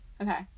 Okay